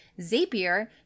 Zapier